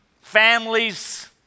families